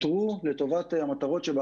שואל אותך לגבי הסטטוס.